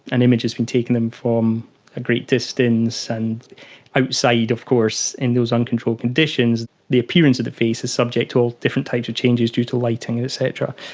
an image has been taken from a great distance, and outside of course in those uncontrolled conditions the appearance of the face is subject to all different types of changes due to lighting et cetera.